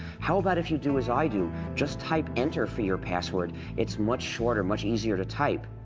how about if you do as i do just type enter for your password it's much shorter, much easier to type.